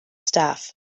staff